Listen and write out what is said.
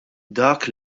dak